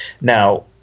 Now